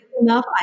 enough